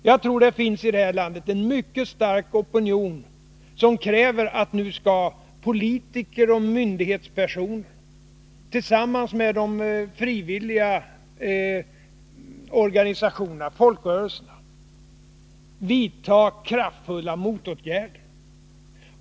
Jag tror att det finns en mycket stark opinion här i landet som kräver att politiker och myndighetspersoner, tillsammans med de frivilliga organisationerna och folkrörelserna, nu vidtar kraftfulla motåtgärder.